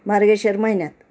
मार्गशिर्ष महिन्यात